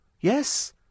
Yes